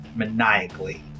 maniacally